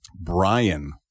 Brian